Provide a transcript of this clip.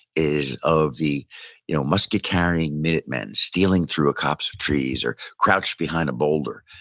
is of the you know musket-carrying minutemen, stealing through a copse of trees or crouched behind a boulder,